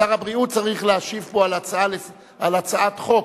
שר הבריאות צריך להשיב פה על הצעת חוק.